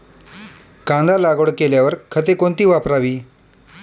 कांदा लागवड केल्यावर खते कोणती वापरावी?